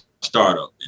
startup